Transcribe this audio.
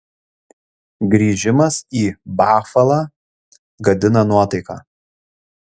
grįžimas į bafalą gadina nuotaiką